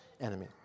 enemy